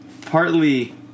partly